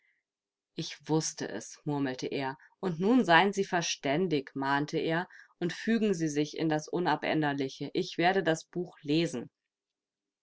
ich wußte es murmelte er und nun seien sie verständig mahnte er und fügen sie sich in das unabänderliche ich werde das buch lesen